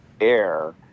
air